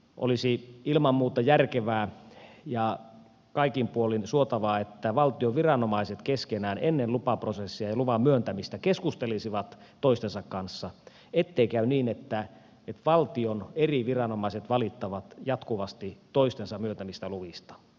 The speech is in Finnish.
olisi ilman muuta järkevää ja kaikin puolin suotavaa että valtion viranomaiset keskenään ennen lupaprosessia ja luvan myöntämistä keskustelisivat toistensa kanssa ettei käy niin että valtion eri viranomaiset valittavat jatkuvasti toistensa myöntämistä luvista